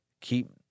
Keep